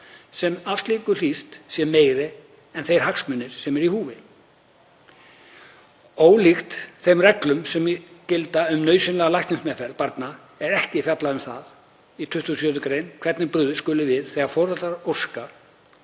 sem af slíku hlýst sé meiri en þeir hagsmunir sem eru í húfi. Ólíkt þeim reglum sem gilda um nauðsynlega læknismeðferð barna er ekki fjallað um það í 27. gr. hvernig brugðist skuli við þegar foreldrar óska eftir